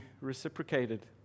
reciprocated